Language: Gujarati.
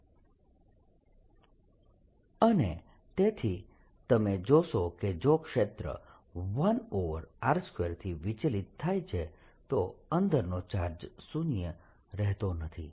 અને તેથી તમે જોશો કે જો ક્ષેત્ર 1r2 થી વિચલિત થાય છે તો અંદરનો ચાર્જ શૂન્ય રહેતો નથી